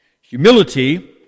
Humility